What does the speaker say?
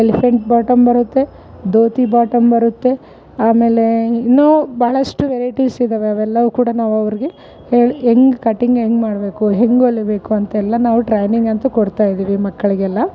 elephant bottom ಬರುತ್ತೆ dhoti bottom ಬರುತ್ತೆ ಆಮೇಲೆ ಇನ್ನೂ ಬಹಳಷ್ಟು ವೆರೈಟಿಸ್ ಇದಾವೆ ಅವೆಲ್ಲವು ಕೂಡ ನಾವು ಅವ್ರಿಗೆ ಹೇಳಿ ಹೆಂಗೆ ಕಟ್ಟಿಂಗ್ ಹೆಂಗೆ ಮಾಡಬೇಕು ಹೆಂಗೆ ಹೊಲಿಬೇಕು ಅಂತೆಲ್ಲ ನಾವು ಟ್ರೈನಿಂಗ್ ಅಂತು ಕೊಡ್ತಾ ಇದೀವಿ ಮಕ್ಕಳಿಗೆಲ್ಲ